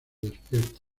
despierta